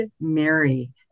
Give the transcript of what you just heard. Mary